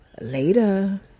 Later